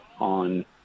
on